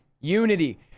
unity